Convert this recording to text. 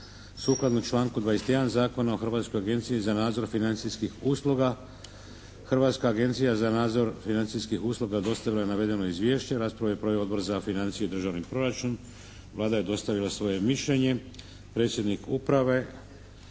Sukladno članku 21. Zakona o Hrvatskoj agenciji za nadzor financijskih usluga. Hrvatska agencija za nadzor financijskih usluga dostavila je navedeno izvješće. Raspravu je proveo Odbor za financije i državni proračun. Vlada je dostavila svoje mišljenje. Predsjednik uprave,